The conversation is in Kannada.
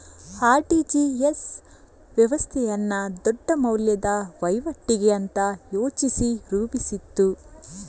ಆರ್.ಟಿ.ಜಿ.ಎಸ್ ವ್ಯವಸ್ಥೆಯನ್ನ ದೊಡ್ಡ ಮೌಲ್ಯದ ವೈವಾಟಿಗೆ ಅಂತ ಯೋಚಿಸಿ ರೂಪಿಸಿದ್ದು